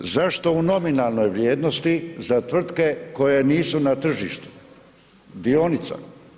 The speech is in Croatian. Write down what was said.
Drugo, zašto u nominalnoj vrijednosti za tvrtke koje nisu na tržištu dionica?